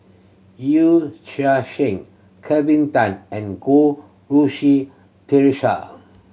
Yee Chia Hsing Kelvin Tan and Goh Rui Si Theresa